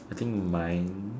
I think mine